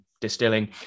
distilling